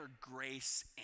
grace